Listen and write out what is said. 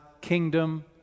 kingdom